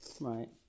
Right